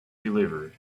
deliver